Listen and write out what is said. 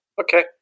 Okay